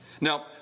Now